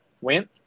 went